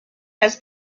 has